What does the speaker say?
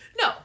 No